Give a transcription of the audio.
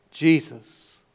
Jesus